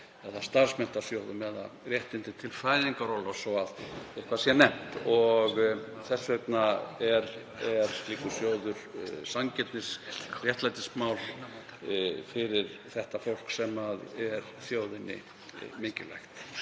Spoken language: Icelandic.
eða starfsmenntasjóðum eða réttindi til fæðingarorlofs svo að eitthvað sé nefnt. Þess vegna er slíkur sjóður sanngirnis- og réttlætismál fyrir þetta fólk sem er þjóðinni mikilvægt.